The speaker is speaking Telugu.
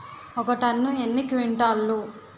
ఒక టన్ను ఎన్ని క్వింటాల్లు?